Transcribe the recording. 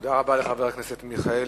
תודה רבה לחבר הכנסת מיכאלי.